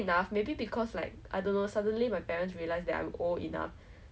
she brought my me to the general officer and she actually gave it to like the